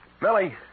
Millie